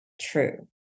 true